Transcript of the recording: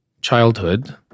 childhood